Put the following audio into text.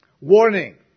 Warning